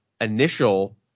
initial